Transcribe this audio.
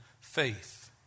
faith